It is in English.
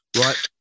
right